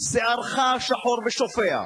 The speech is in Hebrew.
שערך שחור ושופע,